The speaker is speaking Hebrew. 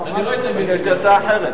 אני לא אסתפק, יש לי הצעה אחרת.